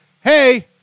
hey